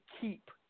keep